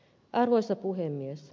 arvoisa puhemies